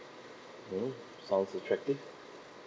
mm sounds attractive